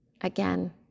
again